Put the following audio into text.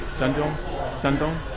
shandong shandong?